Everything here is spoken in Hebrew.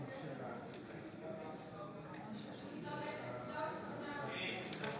מצביעה מיקי רוזנטל, מצביע או בעד או נגד, נכון?